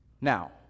Now